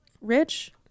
rich